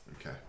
okay